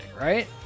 right